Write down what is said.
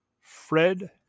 Fred